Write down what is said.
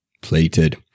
plated